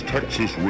Texas